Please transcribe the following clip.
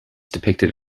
depicted